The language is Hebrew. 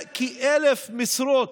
כי 1,000 משרות,